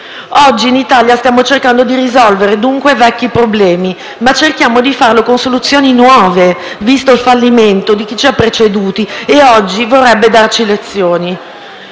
Oggi in Italia stiamo cercando di risolvere, dunque, vecchi problemi, ma cerchiamo di farlo con soluzioni nuove, visto il fallimento di chi ci ha preceduti e che oggi vorrebbe darci lezioni.